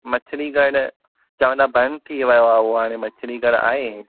मछलीघरु चवनि था बंदि थी वयो आहे उहो हाणे मछलीघरु आहे